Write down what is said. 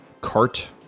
cart